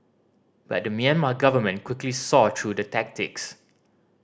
but the Myanmar government quickly saw through the tactics